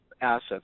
assets